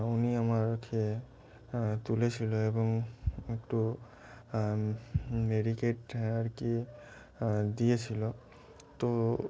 উনি আমাকে তুলেছিল এবং একটু আর কি দিয়েছিল তো